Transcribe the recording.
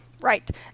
Right